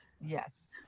Yes